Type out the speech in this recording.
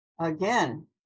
Again